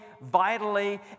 vitally